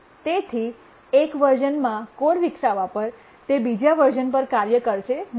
તેથી એક આવૃત્તિમાંવર્ષનમાં કોડ વિકસાવવા પર તે બીજી આવૃત્તિવર્ષન પર કાર્ય કરશે નહીં